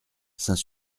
saint